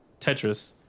Tetris